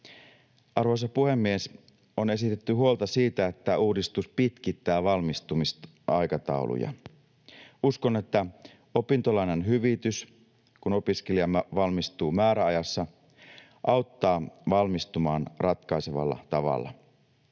Arvoisa puhemies! On esitetty huolta siitä, että uudistus pitkittää valmistumisaikatauluja. Uskon, että opintolainan hyvitys, kun opiskelija valmistuu määräajassa, auttaa valmistumaan ratkaisevalla tavalla.